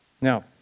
Now